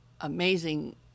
amazing